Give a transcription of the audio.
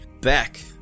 Back